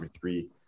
three